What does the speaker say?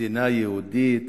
מדינה יהודית,